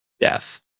death